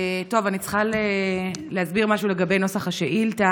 טוב, אני צריכה להסביר משהו לגבי נוסח השאילתה: